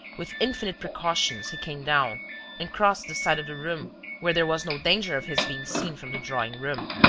with infinite precautions, he came down and crossed the side of the room where there was no danger of his being seen from the drawing-room.